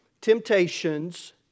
temptations